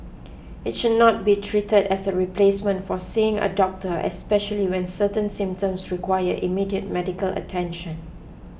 it should not be treated as a replacement for seeing a doctor especially when certain symptoms require immediate medical attention